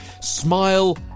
smile